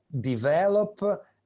develop